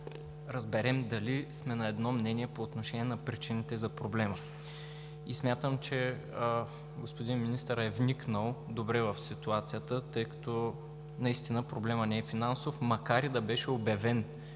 разберем дали сме на едно мнение по отношение на причините за проблема. И смятам, че господин министърът е вникнал добре в ситуацията, тъй като наистина проблемът не е финансов, макар и да беше обявен